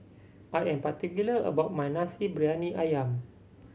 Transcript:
I am particular about my Nasi Briyani Ayam